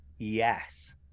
yes